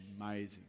amazing